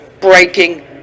breaking